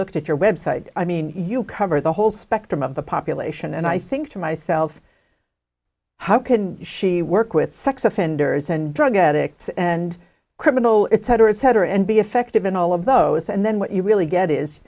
looked at your web site i mean you cover the whole spectrum of the population and i think to myself how can she work with sex offenders and drug addicts and criminal it tighter and tighter and be effective in all of those and then what you really get is